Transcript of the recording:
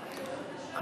שי,